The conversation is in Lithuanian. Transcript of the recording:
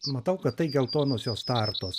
matau kad tai geltonosios startos